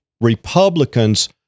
Republicans